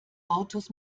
autos